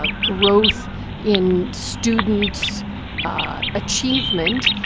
ah growth in student achievement,